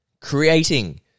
Creating